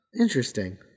Interesting